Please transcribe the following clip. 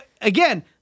again